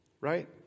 right